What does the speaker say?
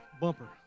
bumper